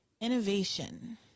innovation